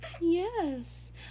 Yes